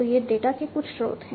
तो ये डेटा के कुछ स्रोत हैं